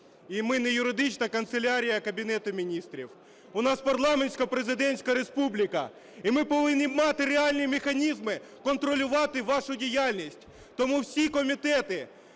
і ми не юридична канцелярія Кабінету Міністрів. У нас парламентсько-президентська республіка і ми повинні мати реальні механізми контролювати вашу діяльність. Тому всі комітети